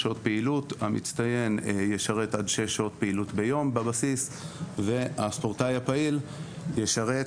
המצטיין ישרת עד שש פעילות ביום בבסיס והספורטאי הפעיל ישרת